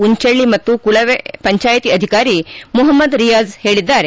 ಉಂಚಳ್ಳಿ ಮತ್ತು ಕುಳವೆ ಪಂಚಾಯಿತಿ ಅಧಿಕಾರಿ ಮಹಮ್ದದ್ ರಿಯಾಜ್ ಹೇಳಿದ್ದಾರೆ